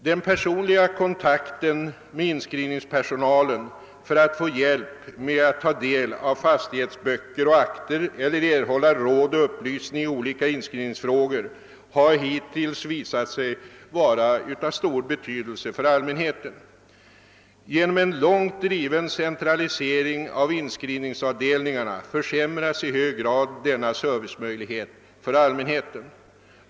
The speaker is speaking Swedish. Den personliga kontakten med inskrivningspersonalen för att få hjälp med att ta del av fastighetsböcker och akter eller erhålla råd och upplysning i olika inskrivningsfrågor har hittills visat sig vara av stor betydelse för allmänheten. Genom en långt driven centralisering försämras i hög grad denna servicemöjlighet för allmänheten.